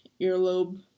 earlobe